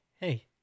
hey